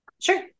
sure